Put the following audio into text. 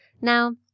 Now